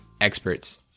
experts